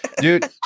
dude